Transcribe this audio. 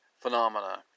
phenomena